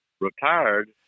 retired